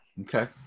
Okay